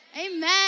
Amen